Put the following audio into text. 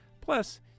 Plus